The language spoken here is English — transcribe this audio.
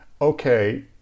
okay